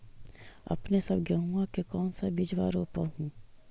अपने सब गेहुमा के कौन सा बिजबा रोप हू?